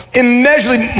immeasurably